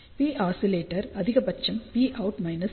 P oscillator அதிகபட்சம் Pout Pin